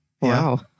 Wow